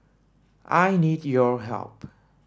I need your help